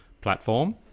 platform